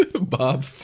Bob